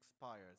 expires